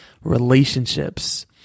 relationships